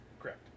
Correct